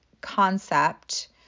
concept